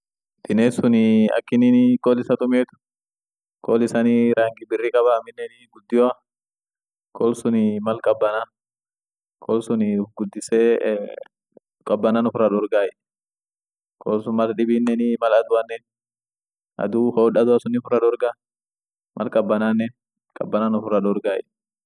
Binessunii akinin kool issa tumiet, kool issanii rangi birri kaba aminenii guddio, kool sunii mal kabbana kool sunii uf guddisse kabanan uffirra dorgay, kool sunii mal dibinenii mal aduanen adu hood adua sunin uffirra dorga, mal kabanen kabanan uffira dorgay.